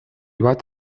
bat